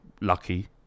lucky